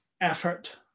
effort